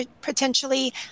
potentially